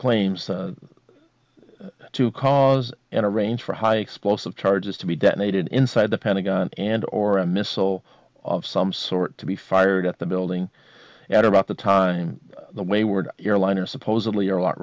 claims to cause and arrange for high explosive charges to be detonated inside the pentagon and or a missile of some sort to be fired at the building at about the time the wayward airliner supposedly a lot